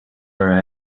are